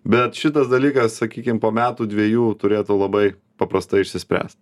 bet šitas dalykas sakykim po metų dvejų turėtų labai paprastai išsispręst